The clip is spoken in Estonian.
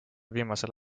viimasel